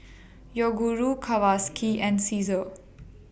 Yoguru Kawasaki and Cesar